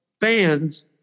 fans